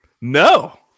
No